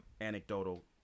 anecdotal